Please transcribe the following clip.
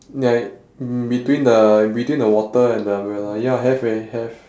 ya it between the between the water and the umbrella ya have eh have